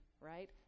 right